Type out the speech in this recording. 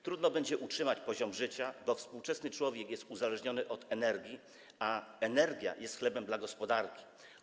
Trudno będzie utrzymać poziom życia, bo współczesny człowiek jest uzależniony od energii, a energia jest chlebem dla gospodarki.